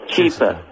Cheaper